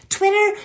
Twitter